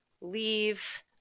leave